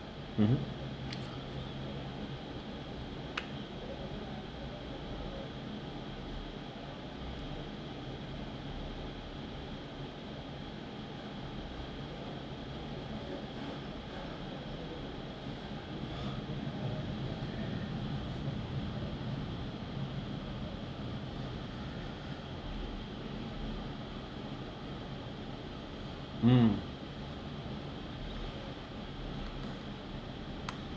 mmhmm mm